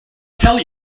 tell